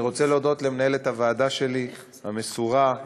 אני רוצה להודות למנהלת הוועדה המסורה שלי,